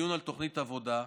לדיון על תוכנית עבודה,